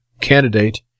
candidate